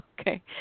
Okay